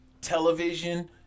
television